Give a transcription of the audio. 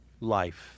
life